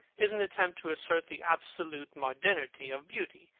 is an attempt to assert the absolute modernity of beauty,